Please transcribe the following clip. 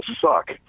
suck